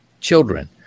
children